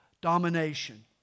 domination